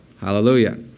Hallelujah